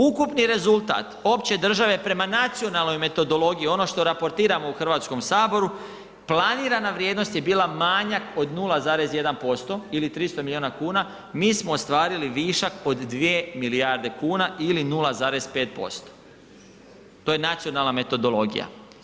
Ukupni rezultat opće države prema nacionalnoj metodologiji ono što raportiramo u Hrvatskom saboru, planirana vrijednost je bila manjak od 0,1% ili 300 milijuna kuna, mi smo ostvarili višak od 2 milijarde kuna ili 0,5%, to je nacionalna metodologija.